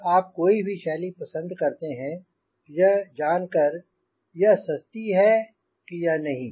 पर आप कोई भी शैली पसंद कर सकते हैं यह जानकर यह सस्ती है कि यह नहीं